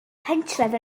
pentref